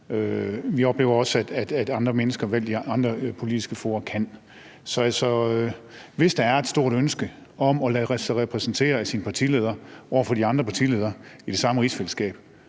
Vi oplever også, at andre mennesker valgt i andre politiske fora kan. Så hvis der er et stort ønske om at lade sig repræsentere af sin partileder over for de andre partiledere i det samme rigsfællesskab,